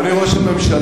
אדוני ראש הממשלה,